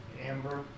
Amber